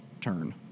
turn